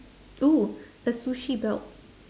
oo a sushi belt